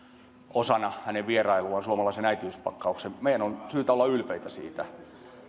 osana vierailuaan suomalaisen äitiyspakkauksen meidän on syytä olla ylpeitä siitä